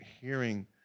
hearing